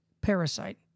parasite